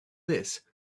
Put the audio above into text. this